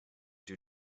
due